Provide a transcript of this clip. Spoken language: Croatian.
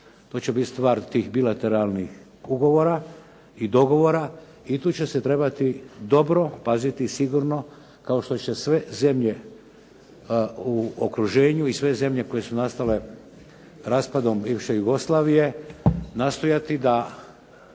to će biti stvar tih bilateralnih ugovora i dogovora. I tu će se trebati dobro paziti sigurno kao što će sve zemlje u okruženju i sve zemlje koje su nastale raspadom bivše Jugoslavije nastojati da